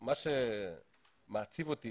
מה שמשמח אותי